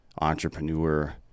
entrepreneur